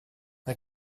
mae